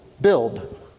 build